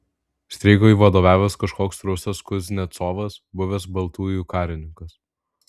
streikui vadovavęs kažkoks rusas kuznecovas buvęs baltųjų karininkas